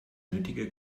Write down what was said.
nötige